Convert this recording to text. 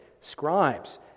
scribes